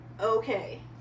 Okay